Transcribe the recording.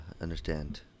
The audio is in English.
understand